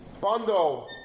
bundle